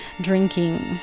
Drinking